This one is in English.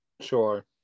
Sure